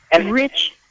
rich